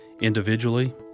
individually